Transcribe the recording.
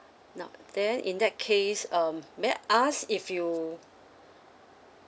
now then in that case um may I ask if you